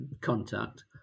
contact